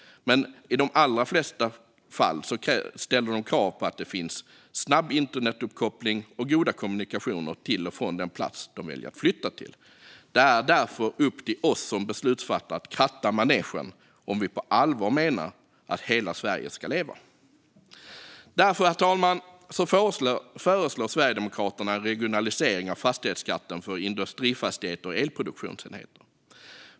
Men i de allra flesta fall ställer de krav på att det ska finnas snabb internetuppkoppling och goda kommunikationer till och från den plats de väljer att flytta till. Det är därför upp till oss beslutsfattare att kratta manegen om vi på allvar menar att hela Sverige ska leva. Herr talman! Därför föreslår Sverigedemokraterna en regionalisering av fastighetsskatten för industrifastigheter och elproduktionsenheter.